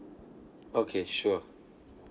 okay sure